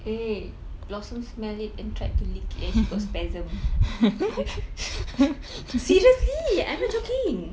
eh blossom smell it and tried to lick it and he got spasm seriously I'm not joking